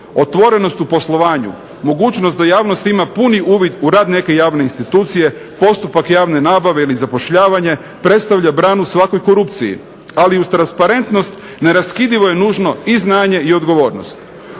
Otvorenost u poslovanju, mogućnost da javnost ima puni uvid u rad neke javne institucije, postupak javne nabave ili zapošljavanje predstavlja branu svakoj korupciji, ali uz transparentnost neraskidivo je nužno i znanje i odgovornost.